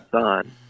son